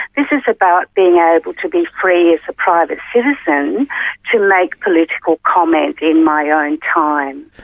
this is about being able to be free as a private citizen to make political comment in my own time.